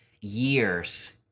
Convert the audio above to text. years